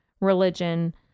religion